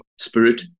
Spirit